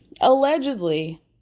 Allegedly